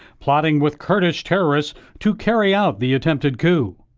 plotting with kurdish terrorists to carry out the attempted coup.